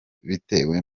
bitewe